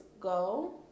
go